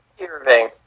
Irving